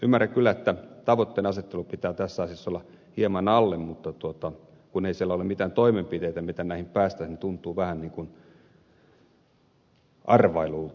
ymmärrän kyllä että tavoitteenasettelun pitää tässä asiassa olla hieman alle toteutuneen mutta kun ei siellä ole mitään toimenpiteitä miten näihin päästäisiin niin tuntuu vähän arvailulta